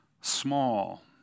small